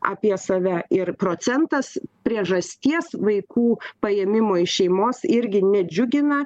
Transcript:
apie save ir procentas priežasties vaikų paėmimo iš šeimos irgi nedžiugina